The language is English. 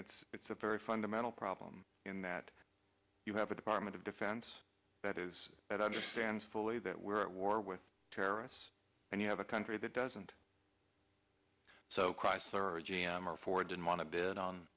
it's it's a very fundamental problem in that you have a department of defense that is that understands fully that we're at war with terrorists and you have a country that doesn't so chrysler or g m or ford didn't want to bid on